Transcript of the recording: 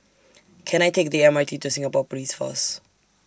Can I Take The M R T to Singapore Police Force